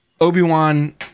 Obi-Wan